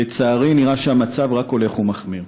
לצערי, נראה שהמצב רק הולך ומחמיר.